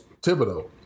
thibodeau